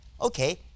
okay